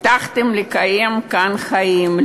הבטחתם לקיים כאן חיים,